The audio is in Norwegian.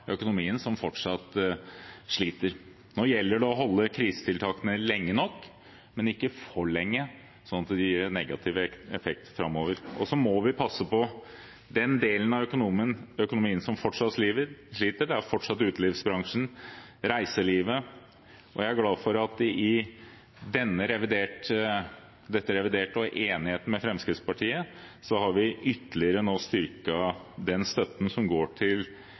økonomien som fortsatt sliter. Nå gjelder det å holde krisetiltakene lenge nok, men ikke for lenge, sånn at det gir negativ effekt framover. Vi må passe på den delen av økonomien som fortsatt sliter. Det er fortsatt utelivsbransjen og reiselivet. Jeg er glad for at vi i dette reviderte budsjettet og i enigheten med Fremskrittspartiet nå ytterligere har styrket den støtten som går til